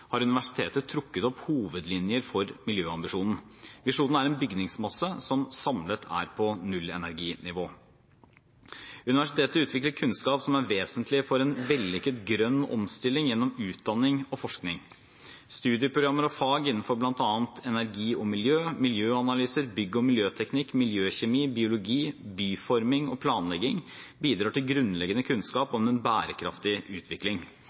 har universitetet trukket opp hovedlinjer for miljøambisjonen. Visjonen er en bygningsmasse som samlet er på nullenerginivå. Universitetet utvikler kunnskap som er vesentlig for en vellykket grønn omstilling gjennom utdanning og forskning. Studieprogrammer og fag innenfor bl.a. energi og miljø, miljøanalyser, bygg- og miljøteknikk, miljøkjemi, biologi, byforming og planlegging bidrar til grunnleggende kunnskap om en bærekraftig utvikling.